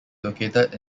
located